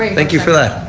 thank you for that.